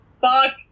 Fuck